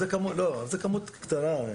זה מספר קטן.